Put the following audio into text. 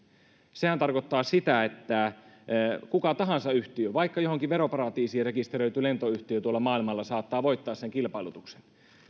sehän tarkoittaa sitä että mikä tahansa yhtiö vaikka johonkin veroparatiisiin rekisteröity lentoyhtiö tuolla maailmalla saattaa voittaa sen kilpailutuksen